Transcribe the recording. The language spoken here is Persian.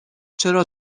چرا